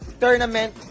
tournament